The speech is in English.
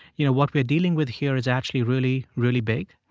you know, what we're dealing with here is actually really, really big?